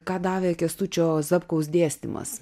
ką davė kęstučio zapkaus dėstymas